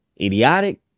Idiotic